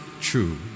true